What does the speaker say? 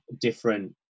different